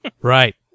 Right